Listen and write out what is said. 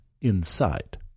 inside